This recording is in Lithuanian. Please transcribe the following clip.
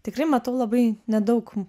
tikrai matau labai nedaug